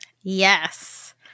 Yes